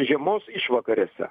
žiemos išvakarėse